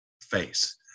face